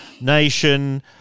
nation